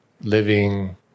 living